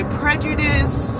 prejudice